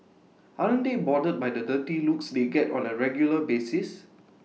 aren't they bothered by the dirty looks they get on A regular basis